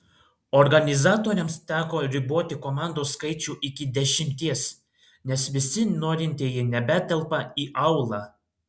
organizatoriams teko riboti komandų skaičių iki dešimties nes visi norintieji nebetelpa į aulą